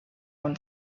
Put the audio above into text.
own